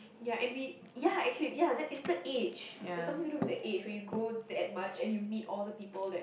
ya and we ya actually ya that is the age is something to do with the age when you grow that much and meet all the people that